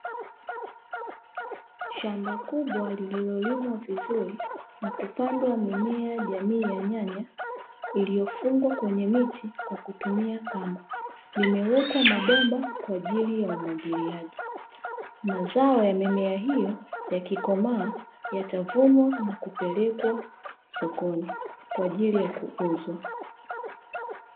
Shamba kubwa lililolimwa vizuri na kupandwa mimea jamii ya nyanya iliyofungwa kwenye miti kwa kutumia kamba limewekwa mabomba kwa ajili ya umwagiliaji. Mazao ya mimea hiyo yakikomaa yatavunwa na kupelekwa sokoni kwa ajili ya kuuzwa.